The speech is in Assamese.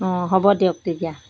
অ' হ'ব দিয়ক তেতিয়া